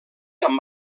amb